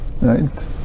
right